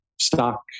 stock